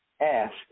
ask